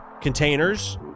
containers